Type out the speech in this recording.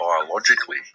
biologically